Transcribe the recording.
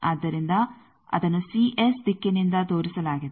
ಆದ್ದರಿಂದ ಅದನ್ನು ದಿಕ್ಕಿನಿಂದ ತೋರಿಸಲಾಗಿದೆ